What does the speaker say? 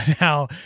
now